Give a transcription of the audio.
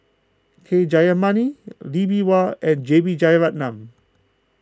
K Jayamani Lee Bee Wah and J B Jeyaretnam